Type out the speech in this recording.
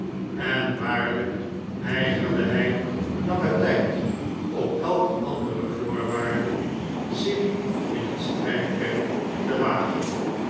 en waarlijk weigerde hij langen tijd op elke andere voorwaarde zich in het strijdperk te wagen